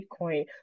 Bitcoin